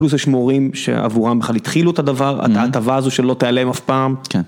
פלוס יש מורים שעבורם סכלל התחילו את הדבר, את ההטבה הזו שלא תיעלם אף פעם.